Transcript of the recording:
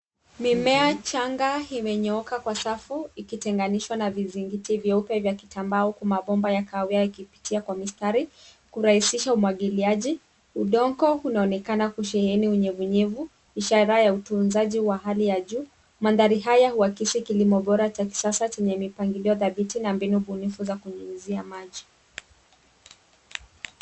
Mimea changa imenyook kwa safu ikitenganishwa na vizigiti vyeupe vya kitambao huku mabomba ya kahawia yakipitia kwa mistari kuhakikisha umwagiliaji. Udongo unaonekana kuseheni unyevunyevu, ishara ya utunzaji wa hali ya juu. Mandhari haya huakisi kilimo bora cha kisas chenye mipangilio dhabiti na mbinu bunifu za kunyunyizia maji.